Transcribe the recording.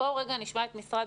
בואו נשמע את משרד